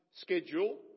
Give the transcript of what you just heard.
schedule